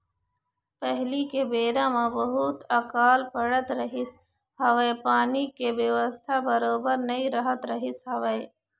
पहिली के बेरा म बहुत अकाल पड़त रहिस हवय पानी के बेवस्था बरोबर नइ रहत रहिस हवय